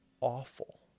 awful